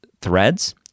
threads